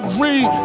read